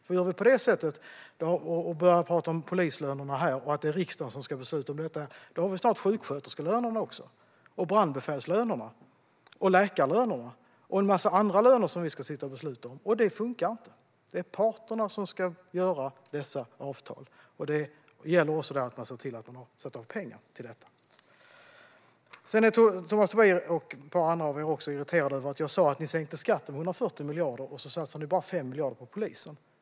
Om vi gör på det sättet - att vi börjar tala om polislönerna här och att det är riksdagen som ska besluta om dem - har vi snart sjuksköterskelönerna här också, och brandbefälslönerna och läkarlönerna och en massa andra löner som vi ska sitta och besluta om. Det funkar inte. Det är parterna som ska göra dessa avtal, och då gäller det att sätta av pengar till det. Tomas Tobé och ett par av er andra var irriterade över att jag sa att ni sänkte skatten med 140 miljarder och bara satsade 5 miljarder på polisen.